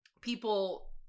people